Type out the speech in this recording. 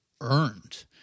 earned